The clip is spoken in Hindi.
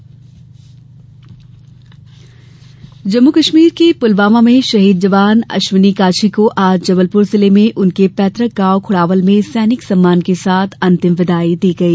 पुलवामा शहीद जम्मू कश्मीर के पुलवामा में शहीद जवान अश्विनी काछी को आज जबलपुर जिले में उनके पैतृक गांव खुड्डावल में सैनिक सम्मान के साथ अंतिम बिदाई दी गई